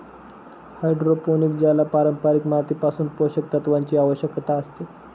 hydroponic ज्याला पारंपारिक मातीपासून पोषक तत्वांची आवश्यकता असते